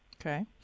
Okay